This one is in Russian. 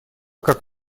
как